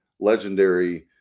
legendary